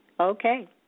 Okay